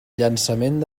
llançament